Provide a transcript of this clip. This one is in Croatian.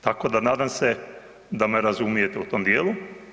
Tako da nadam se da me razumijete u tom djelu.